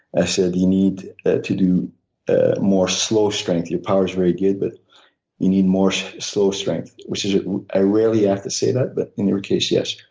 i said you need to do ah more slow strength your power is very good but you need more slow strength, which i i rarely have to say that but in your case, yes.